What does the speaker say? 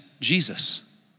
Jesus